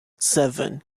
seven